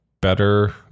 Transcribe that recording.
better